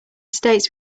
states